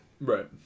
Right